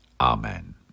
Amen